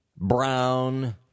brown